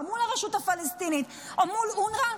מול הרשות הפלסטינית או מול אונר"א,